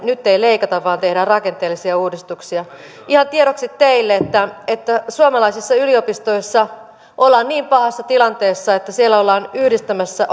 nyt ei leikata vaan tehdään rakenteellisia uudistuksia ihan tiedoksi teille että että suomalaisissa yliopistoissa ollaan niin pahassa tilanteessa että siellä ollaan yhdistämässä